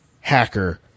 hacker